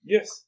Yes